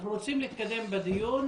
אנחנו רוצים להתקדם בדיון.